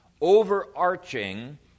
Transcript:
overarching